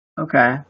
Okay